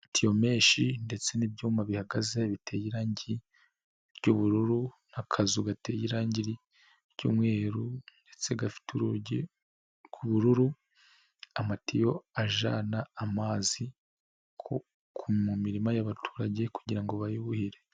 Tiyomeshi ndetse n'ibyuma bihagaze biteye irangi ry'ubururu, akazu gateye irangi ry'umweru, ndetse gafite urugi rw'ubururu, amatiyo ajyana amazi mu mirima y'abaturage, kugira ngo bayuhire.